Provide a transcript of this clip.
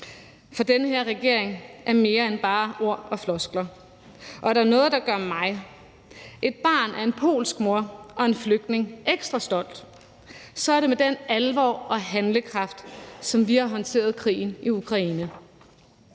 For den her regering er mere end bare ord og floskler, og er der noget, der gør mig, et barn af en polsk mor og en flygtning, ekstra stolt, så er det den alvor og handlekraft, som vi har håndteret krigen i Ukraine